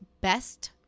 best